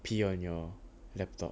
P on your laptop